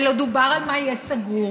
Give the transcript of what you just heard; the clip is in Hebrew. ולא דובר על מה יהיה סגור,